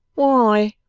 why?